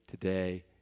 today